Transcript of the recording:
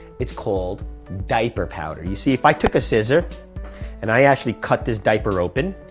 it's called diaper powder. you see if i took a scissor and i actually cut this diaper open,